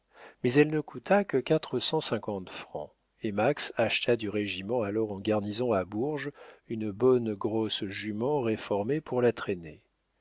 mais elle ne coûta que quatre cent cinquante francs et max acheta du régiment alors en garnison à bourges une bonne grosse jument réformée pour la traîner